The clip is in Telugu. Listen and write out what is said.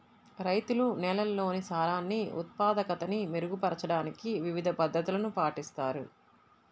రైతులు నేలల్లోని సారాన్ని ఉత్పాదకతని మెరుగుపరచడానికి వివిధ పద్ధతులను పాటిస్తారు